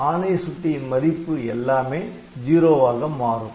ஆணை சுட்டியின் மதிப்பு எல்லாமே '0' மாறும்